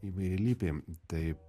įvairialypį tai